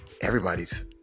everybody's